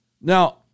Now